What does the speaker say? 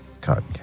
cotton